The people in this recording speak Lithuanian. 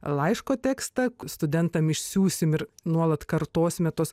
laiško tekstą studentam išsiųsim ir nuolat kartosime tuos